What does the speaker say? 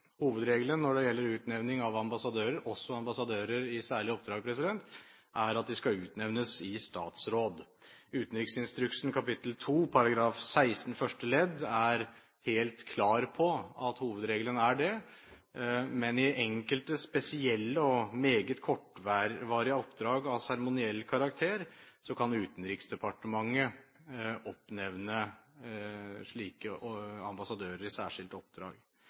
Hovedregelen når det gjelder utnevning av ambassadører, også ambassadører i særlige oppdrag, er at de skal utnevnes i statsråd. Utenriksinstruksen kapittel 2 § 16 første ledd er helt klar på at hovedregelen er det. Men i enkelte, spesielle og meget kortvarige oppdrag av seremoniell karakter kan Utenriksdepartementet oppnevne slike ambassadører i særskilte oppdrag.